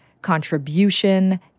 Contribution